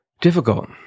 Difficult